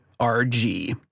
RG